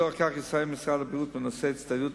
הינו היחיד שיש בו מכון קרינה לחולי סרטן באזור